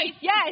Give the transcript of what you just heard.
Yes